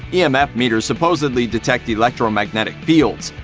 yeah um emf meters supposedly detect electromagnetic fields.